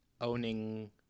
owning